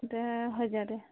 ଏଇଟା ହଜାରେ